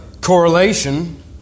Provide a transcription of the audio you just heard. correlation